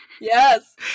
Yes